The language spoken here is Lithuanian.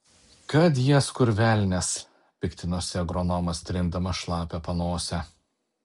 kad jas kur velnias piktinosi agronomas trindamas šlapią panosę